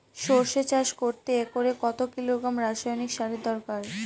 সরষে চাষ করতে একরে কত কিলোগ্রাম রাসায়নি সারের দরকার?